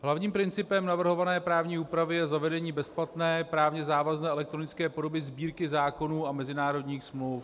Hlavním principem navrhované právní úpravy je zavedení bezplatné právně závazné elektronické podoby Sbírky zákonů a mezinárodních smluv.